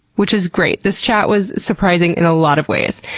which is great. this chat was surprising in a lot of ways.